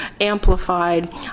amplified